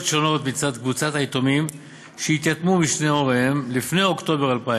שונות מצד קבוצת היתומים שהתייתמו משני הוריהם לפני אוקטובר 2000,